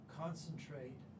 concentrate